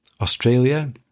Australia